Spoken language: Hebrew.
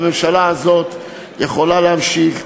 הממשלה הזאת יכולה להמשיך,